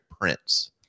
prints